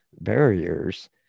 barriers